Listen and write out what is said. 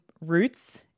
roots